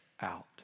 out